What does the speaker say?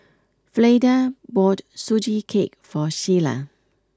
Fleda bought Sugee Cake for Shiela